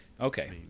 Okay